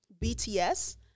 BTS